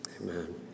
Amen